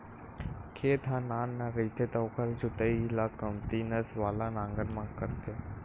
खेत ह नान नान रहिथे त ओखर जोतई ल कमती नस वाला नांगर म करथे